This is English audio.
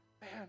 man